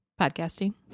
podcasting